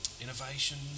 Innovation